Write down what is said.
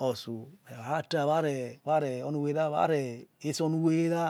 Otso waraty wa re onu wery aware retso onuwerera.